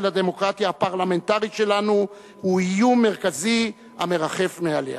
הדמוקרטיה הפרלמנטרית שלנו הוא האיום המרכזי המרחף מעליה.